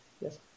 yes